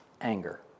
anger